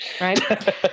Right